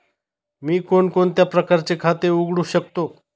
मी कोणकोणत्या प्रकारचे खाते उघडू शकतो?